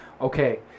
okay